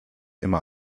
immer